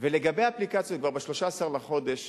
לגבי האפליקציות, כבר ב-13 בחודש